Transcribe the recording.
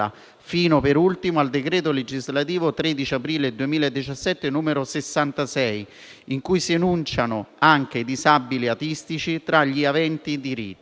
fino al decreto legislativo 13 aprile 2017 n. 66, in cui si enunciano anche i disabili autistici tra gli aventi diritto.